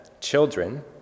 Children